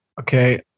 Okay